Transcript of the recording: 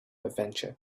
adventure